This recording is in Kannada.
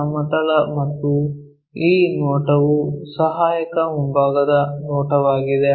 ಸಮತಲ ಮತ್ತು ಈ ನೋಟವು ಸಹಾಯಕ ಮುಂಭಾಗದ ನೋಟವಾಗಿದೆ